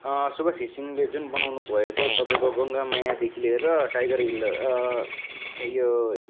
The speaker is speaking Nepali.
सुभाष घिसिङले जुन बनाउनु भएको तपाईँको गङ्गामायादेखि लिएर टाइगर हिल यो